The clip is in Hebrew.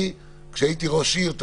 כשהייתי ראש עיר,